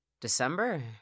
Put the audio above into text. December